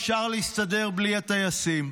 אפשר להסתדר בלי הטייסים.